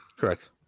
Correct